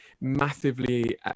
massively